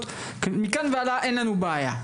מכאן והלאה אין לנו בעיה.